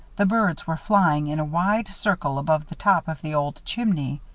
the birds were flying in a wide circle above the top of the old chimney.